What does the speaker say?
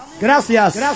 Gracias